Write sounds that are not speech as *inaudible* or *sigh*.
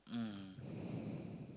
mm *breath*